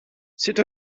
sut